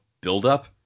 build-up